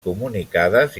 comunicades